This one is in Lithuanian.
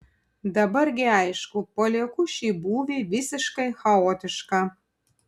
dabar gi aišku palieku šį būvį visiškai chaotišką